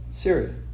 Syria